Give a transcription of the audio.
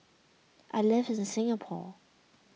I lives in Singapore